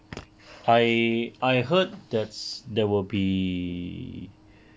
I I heard that's there will be